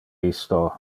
isto